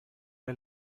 der